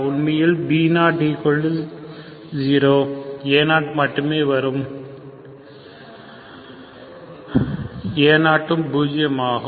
உண்மையில் b0 0 a0மட்டுமே வரும் a0 ம் பூஜ்யம் ஆகும்